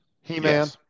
He-Man